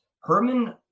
herman